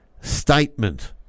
statement